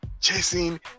chasing